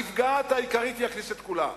הנפגעת העיקרית היא הכנסת כולה,